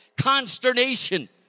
consternation